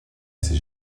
ces